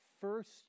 First